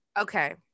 Okay